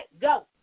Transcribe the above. Go